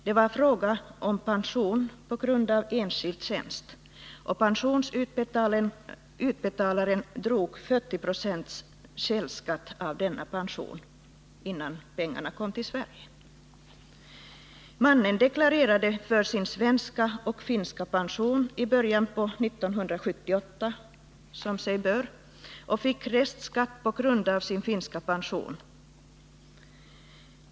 Det var fråga om pension på grund av enskild tjänst. Pensionsutbetalaren drog 40 20 källskatt från denna pension, innan pengarna kom till Sverige. Mannen deklarerade som sig bör för sin svenska och finska pension i början av 1978 och fick restskatt på grund av sin finska pension.